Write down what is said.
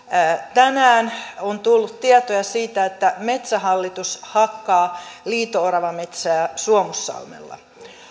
tänään on tullut tietoja siitä että metsähallitus hakkaa liito oravametsää suomussalmella